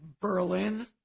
Berlin